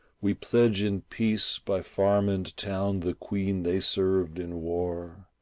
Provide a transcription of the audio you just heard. we pledge in peace by farm and town the queen they served in war,